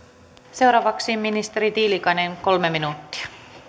seuraavaksi ministeri tiilikainen kolme minuuttia